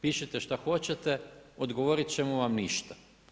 Pišite šta hoćete, odgovorit ćemo vam ništa.